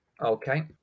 Okay